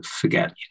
forget